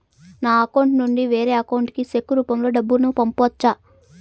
నా అకౌంట్ నుండి వేరే అకౌంట్ కి చెక్కు రూపం లో డబ్బును పంపొచ్చా?